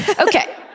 Okay